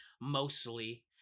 mostly